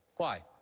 why?